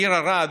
העיר ערד,